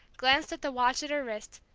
glanced at the watch at her wrist,